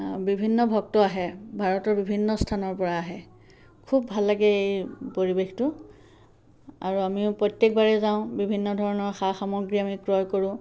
বিভিন্ন ভক্ত আহে ভাৰতৰ বিভিন্ন স্থানৰপৰা আহে খুব ভাল লাগে এই পৰিৱেশটো আৰু আমিও প্ৰত্যেকবাৰেই যাওঁ বিভিন্ন ধৰণৰ সা সামগ্ৰী আমি ক্ৰয় কৰোঁ